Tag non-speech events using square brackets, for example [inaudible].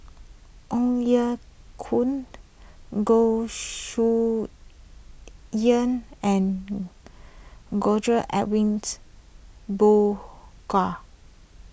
Ong Ye Kung Goh Chiew [unintelligible] and George Edwins Bogaars